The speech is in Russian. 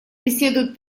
беседует